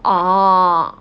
orh